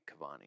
Cavani